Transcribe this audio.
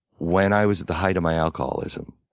when i was at the height of my alcoholism,